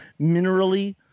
minerally